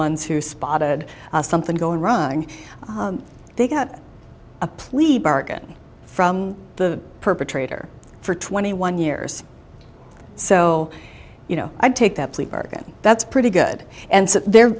ones who spotted something going wrong they got a plea bargain from the perpetrator for twenty one years so you know i take that plea bargain that's pretty good and they're